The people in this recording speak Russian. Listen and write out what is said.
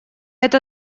это